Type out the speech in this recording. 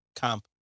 camp